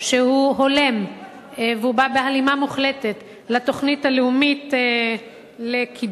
שהוא הולם והוא בא בהלימה מוחלטת לתוכנית הלאומית לקידום